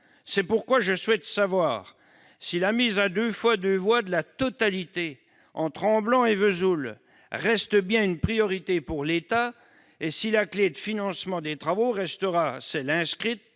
C'est pourquoi je souhaite savoir si la mise à deux fois deux voies de la totalité du tronçon entre Amblans et Vesoul reste une priorité pour l'État et si la clé de financement des travaux restera conforme